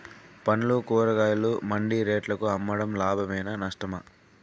పండ్లు కూరగాయలు మండి రేట్లకు అమ్మడం లాభమేనా నష్టమా?